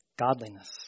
godliness